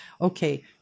Okay